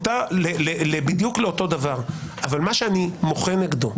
הדבר היחיד שהשתנה,